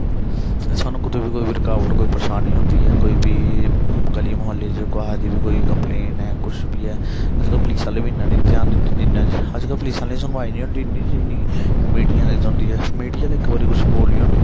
सानूं कुतै बी कोई बी रकावट कोई परेशानी होंदी ऐ कोई बी गली म्हल्ले च कुसै दी बी कोई कम्पलैन ऐ कुछ बी ऐ अज्जकल पलीस आह्ले बी इन्ना नेईं ध्यान दिंदे जिन्ना अज्जकल पलीस आह्ले दी बी सुनवाई नेईं होंदी इन्नी जिन्नी मिडिया आह्ले दी सुनदी ऐ मिडिया आह्ले इक बारी कुछ बोल्ली ओड़न